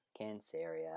Canceria